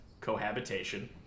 cohabitation